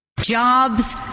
jobs